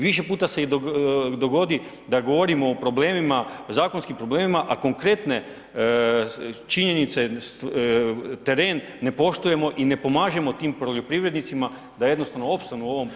Više puta se i dogodi da govorimo o problemima, zakonskim problemima a konkretne činjenice, teren ne poštujemo i ne pomažemo tim poljoprivrednicima da jednostavno opstanu u ovom surovom tržištu.